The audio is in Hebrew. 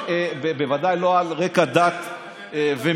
בוודאי לא על רקע דת ומין.